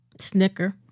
Snicker